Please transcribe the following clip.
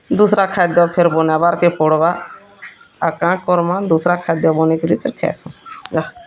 ଦୁସ୍ରା ଖାଦ୍ୟ ଫିର୍ ବାନାସୁଁ ଖାଏବାର୍କେ ପଡ଼଼ବା ଆର୍ କାଁ କର୍ମା ଆର୍ ଦୁସ୍ରା ଖାଦ୍ୟ ବନେଇକରୁ ଖାଏଁସୁଁ